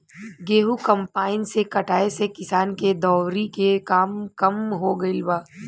गेंहू कम्पाईन से कटाए से किसान के दौवरी के काम कम हो गईल बा